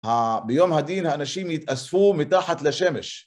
ביום הדין האנשים יתאספו מתחת לשמש.